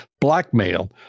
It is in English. blackmail